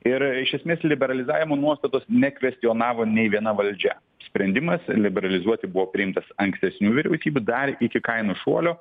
ir iš esmės liberalizavimo nuostatos nekvestionavo nei viena valdžia sprendimas liberalizuoti buvo priimtas ankstesnių vyriausybių dar iki kainų šuolio